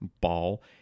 ball